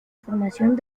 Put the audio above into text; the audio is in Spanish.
formación